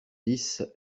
dix